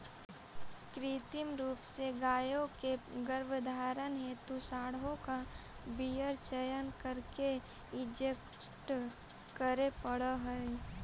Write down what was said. कृत्रिम रूप से गायों के गर्भधारण हेतु साँडों का वीर्य संचय करके इंजेक्ट करे पड़ हई